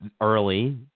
early